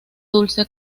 dulce